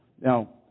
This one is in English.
now